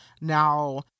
Now